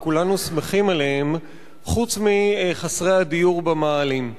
וכולנו שמחים עליהם חוץ מחסרי הדיור במאהלים.